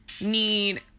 need